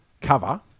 cover